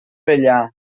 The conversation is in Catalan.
dellà